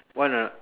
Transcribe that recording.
want or not